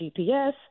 gps